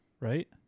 Right